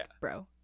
bro